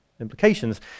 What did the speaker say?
Implications